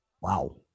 Wow